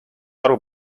aru